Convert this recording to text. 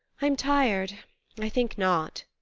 i'm tired i think not.